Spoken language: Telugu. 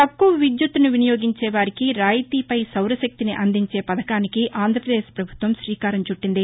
తక్కువ విద్యుత్ను వినియోగించే వారికి రాయితీపై సౌరశక్తిని అందించే పథకానికి ఆంధ్రపదేశ్ ప్రభుత్వం శ్రీకారం చుట్టింది